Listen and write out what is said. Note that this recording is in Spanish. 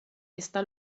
está